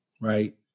Right